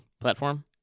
platform